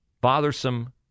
Bothersome